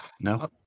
no